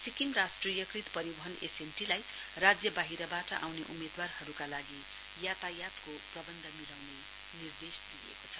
सिक्किम राष्ट्रियकृत परिवहन एसएनटी लाई राज्य बाहिरबाट आउने उम्मेदवारहरूका लागि यातायातको प्रबन्ध मिलाउने निर्देश दिइएको छ